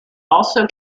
also